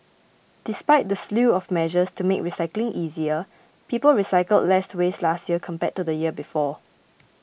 despite the slew of measures to make recycling easier people recycled less waste last year compared to the year before